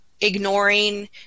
ignoring